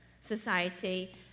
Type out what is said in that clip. society